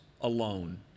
alone